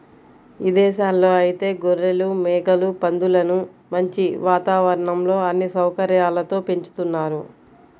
ఇదేశాల్లో ఐతే గొర్రెలు, మేకలు, పందులను మంచి వాతావరణంలో అన్ని సౌకర్యాలతో పెంచుతున్నారు